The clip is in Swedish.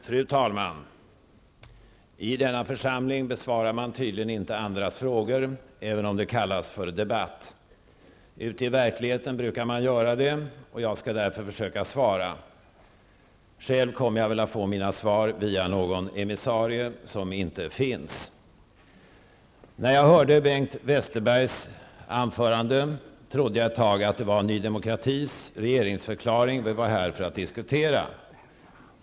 Fru talman! I denna församling besvarar man tydligen inte andras frågor, även om det kallas för debatt. Ute i verkligheten brukar man göra det, och jag skall därför försöka svara. Själv kommer jag väl att få mina svar via någon emissarie som inte finns. När jag hörde Bengt Westerbergs anförande trodde jag ett tag att det var ny demokratis regeringsförklaring som vi var här för att diskutera.